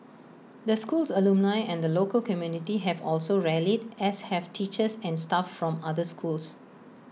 the school's alumni and the local community have also rallied as have teachers and staff from other schools